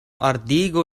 ordigu